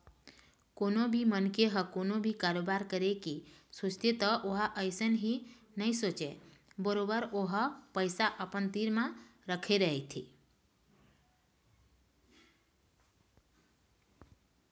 कोनो भी मनखे ह कोनो भी कारोबार करे के सोचथे त ओहा अइसने ही नइ सोचय बरोबर ओहा पइसा अपन तीर रखे ही रहिथे